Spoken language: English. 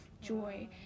joy